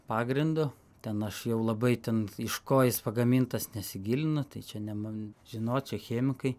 pagrindu ten aš jau labai ten iš ko jis pagamintas nesigilinu tai čia ne man žinot čia chėmikai